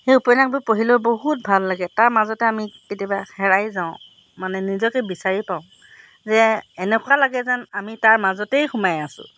সেই উপন্যাসবোৰ পঢ়িলেও বহুত ভাল লাগে তাৰ মাজতে আমি কেতিয়াবা হেৰাই যাওঁ মানে নিজকে বিচাৰি পাওঁ যে এনেকুৱা লাগে যেন আমি তাৰ মাজতেই সোমাই আছোঁ